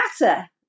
matter